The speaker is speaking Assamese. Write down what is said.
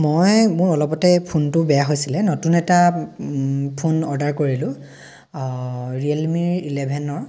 মই মোৰ অলপতে ফোনটো বেয়া হৈছিলে নতুন এটা ফোন অৰ্ডাৰ কৰিলোঁ ৰিয়েল মিৰ ইলেভেনৰ